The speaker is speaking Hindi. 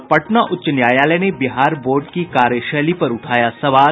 और पटना उच्च न्यायालय ने बिहार बोर्ड की कार्यशैली पर उठाया सवाल